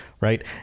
right